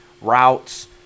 routes